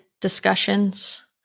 discussions